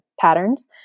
patterns